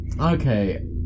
okay